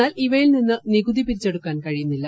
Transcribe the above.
എന്നാൽ ഇവയിൽ നിന്ന് നികുതി പിരിച്ചെടുക്കാൻ കഴിയുന്നില്ല